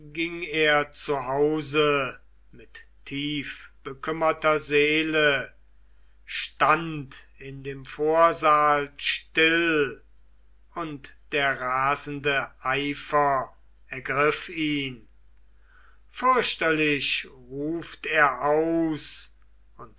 ging er zu hause mit tief bekümmerter seele stand in dem vorsaal still und der rasende eifer ergriff ihn fürchterlich ruft er aus